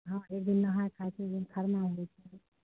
हँ एक दिन नहाए खाए छै एक दिन खरना होइ छै